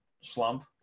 slump